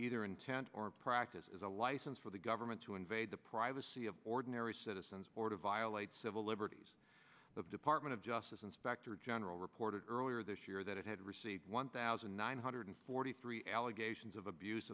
either intent or practice is a license for the government to invade the privacy of ordinary citizens or to violate civil liberties the department of justice inspector general reported earlier this year that it had received one thousand nine hundred forty three allegations of abuse